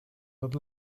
not